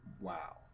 wow